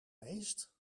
meest